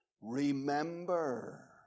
Remember